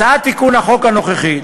הצעת תיקון החוק הנוכחית,